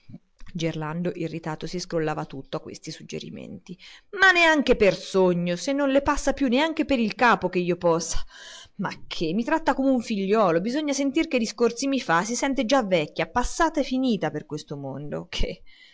gerlando irritato si scrollava tutto a questi suggerimenti ma neanche per sogno ma se non le passa più neanche per il capo che io possa ma che i tratta come un figliuolo bisogna sentire che discorsi mi fa si sente già vecchia passata e finita per questo mondo che